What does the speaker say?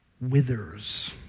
Withers